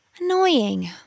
Annoying